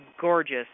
gorgeous